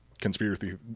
conspiracy